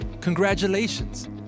congratulations